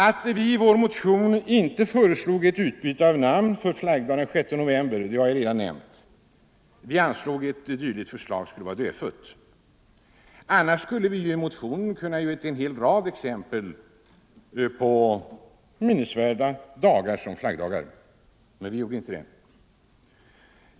Att vi i vår motion inte föreslog ett utbyte av namn för flaggdag den 6 november har jag redan nämnt; vi ansåg att ett dylikt förslag skulle vara dödfött. Annars skulle vi i motionen ha kunnat ange en rad exempel på dagar som kunde vara minnesvärda som flaggdagar.